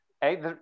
Hey